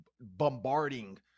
bombarding